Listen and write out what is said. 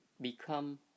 Become